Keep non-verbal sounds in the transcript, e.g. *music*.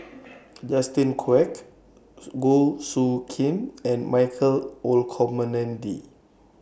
*noise* Justin Quek Goh Soo Khim and Michael Olcomendy